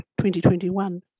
2021